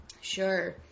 Sure